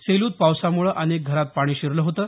सेलूत पावसामुळे अनेक घरात पाणी शिरलं होतं